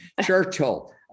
Churchill